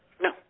No